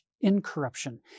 incorruption